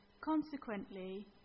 Consequently